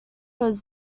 was